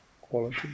quality